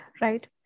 right